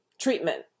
treatment